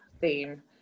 theme